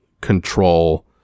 control